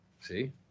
see